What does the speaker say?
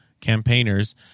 campaigners